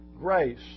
grace